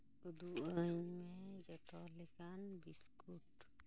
ᱩᱫᱩᱜ ᱟᱹᱧ ᱢᱮ ᱡᱚᱛᱚ ᱞᱮᱠᱟᱱ ᱵᱤᱥᱠᱩᱴ